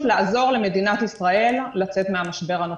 לעזור למדינת ישראל לצאת מהמשבר הנוכחי.